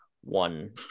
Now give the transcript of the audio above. one